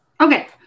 Okay